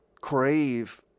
crave